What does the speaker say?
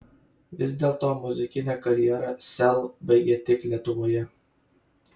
vis dėlto muzikinę karjerą sel baigia tik lietuvoje